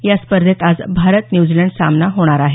या स्पर्धेत आज भारत न्यूझीलंड सामना होणार आहे